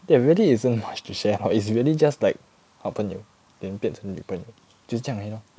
there really isn't much to share ah is really just like 好朋友 then 变成女朋友就是这样而已 lor